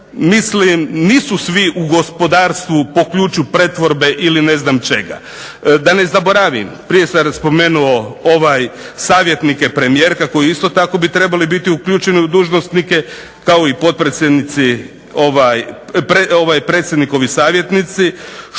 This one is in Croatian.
Mislim nisu svi u gospodarstvu po ključu pretvorbe ili ne znam čega. Da ne zaboravim, prije sam spomenuo savjetnike premijerke koji bi isto tako trebali biti uključeni u dužnosnike, kao i predsjednikovi savjetnici.